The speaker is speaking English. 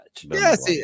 Yes